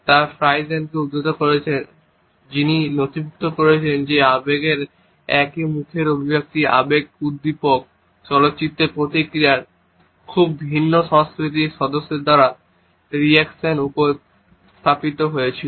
তারা ফ্রাইজেনকে উদ্ধৃত করেছেন যিনি নথিভুক্ত করেছেন যে আবেগের একই মুখের অভিব্যক্তি আবেগ উদ্দীপক চলচ্চিত্রের প্রতিক্রিয়ায় খুব ভিন্ন সংস্কৃতির সদস্যদের দ্বারা রিয়েকশন উত্পাদিত হয়েছিল